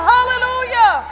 Hallelujah